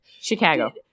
chicago